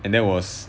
and that was